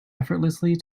effortlessly